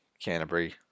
Canterbury